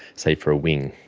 say for a wing,